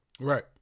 Right